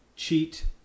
cheat